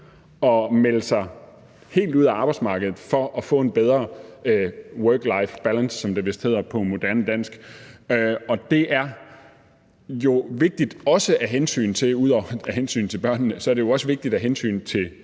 at melde sig helt ud af arbejdsmarkedet for at få en bedre work-life-balance, som det vist hedder på moderne dansk. Ud over af hensyn til børnene er det jo også vigtigt af hensyn til